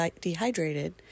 dehydrated